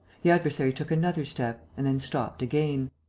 the adversary took another step and then stopped again.